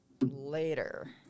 later